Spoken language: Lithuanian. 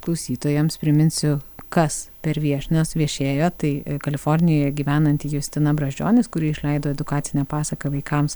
klausytojams priminsiu kas per viešnios viešėjo tai kalifornijoje gyvenanti justina brazdžionis kuri išleido edukacinę pasaką vaikams